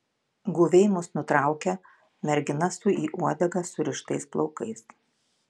guviai mus nutraukia mergina su į uodegą surištais plaukais